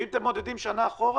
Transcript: ואם אתם מודדים שנה אחורה,